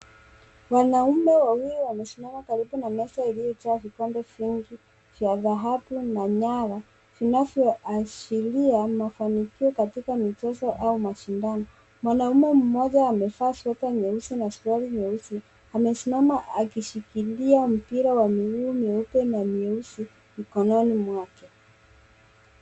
Wanaume wawili wamesimama karibu na meza iliyojaa vikombe vingi vya dhahabu na nyara vinavyoashiria mafanikio katika michezo au mashindano. Mwanaume mmoja amevaa sweta nyeusi na suruali nyeusi amesimama akishikilia mpira wa mieupe na mieusi mikononi mwake.